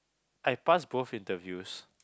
I passed both interviews